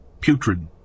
Putrid